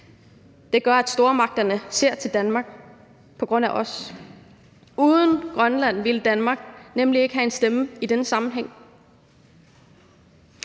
det gør, at stormagterne ser til Danmark på grund af os. Uden Grønland ville Danmark nemlig ikke have en stemme i denne sammenhæng.